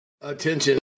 Attention